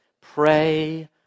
pray